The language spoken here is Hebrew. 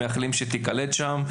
אני מבין שצריך לחכות חודשיים,